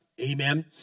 Amen